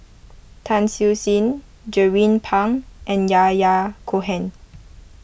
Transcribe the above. Tan Siew Sin Jernnine Pang and Yahya Cohen